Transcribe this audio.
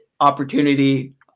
opportunity